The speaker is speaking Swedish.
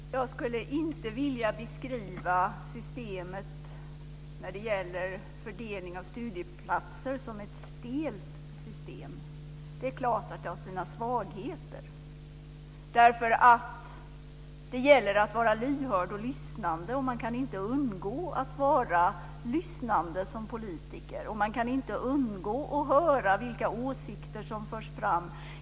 Herr talman! Jag skulle inte vilja beskriva systemet när det gäller fördelning av studieplatser som ett stelt system. Det är klart att det har sina svagheter. Det gäller att vara lyhörd och lyssnande, och man kan som politiker inte undgå att vara lyssnande och inte undgå att höra vilka åsikter som förs fram.